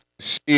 see